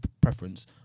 preference